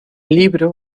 libro